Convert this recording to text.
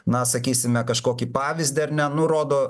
na sakysime kažkokį pavyzdį ar ne nu rodo